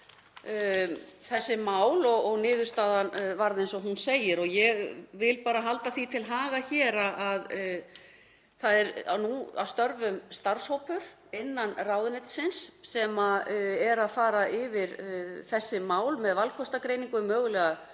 þessi mál og niðurstaðan varð eins og hún segir. Ég vil bara halda því til haga hér að það er nú að störfum starfshópur innan ráðuneytisins sem er að fara yfir þessi mál með valkostagreiningu um mögulegar